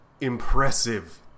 impressive